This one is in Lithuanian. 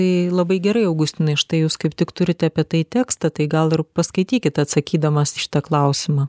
tai labai gerai augustinai štai jūs kaip tik turite apie tai tekstą tai gal paskaitykit atsakydamas į šitą klausimą